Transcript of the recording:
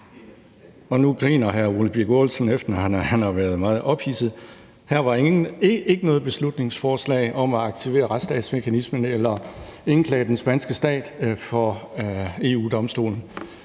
Nu griner hr. Ole Birk Olesen, efter at han har været meget ophidset. Her var ikke noget beslutningsforslag om at aktivere retsstatsmekanismen eller indklage den spanske stat for EU-Domstolen.